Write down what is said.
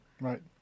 Right